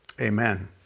Amen